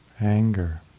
anger